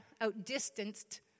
outdistanced